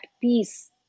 peace